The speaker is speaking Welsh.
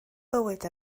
bywyd